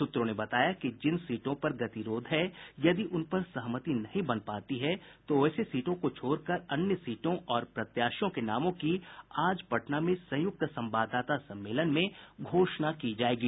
सूत्रों ने बताया कि जिन सीटों पर गतिरोध है यदि उन पर सहमति नहीं बन पाती है तो वैसे सीटों को छोड़कर अन्य सीटों और प्रत्याशियों के नामों की आज पटना में संयुक्त संवाददाता सम्मेलन में घोषणा की जायेगी